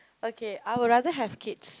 okay I would rather have kids